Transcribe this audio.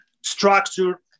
structure